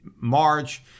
March